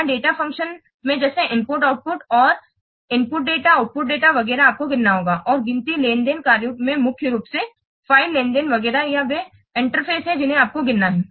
यहां data functions में जैसे इनपुट आउटपुट उन इनपुट डेटा आउटपुट डेटा वगैरह आपको गिनना होगा और गिनती लेनदेन कार्यों में मुख्य रूप से फ़ाइल लेनदेन वगैरह या वे इंटरफेस हैं जिन्हें आपको गिनना है